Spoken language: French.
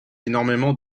énormément